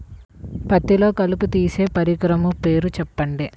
పత్తిలో కలుపు తీసే పరికరము పేరు చెప్పండి